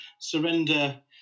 Surrender